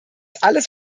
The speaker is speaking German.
alles